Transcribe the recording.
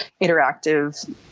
interactive